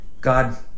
God